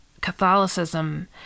Catholicism